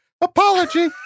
Apology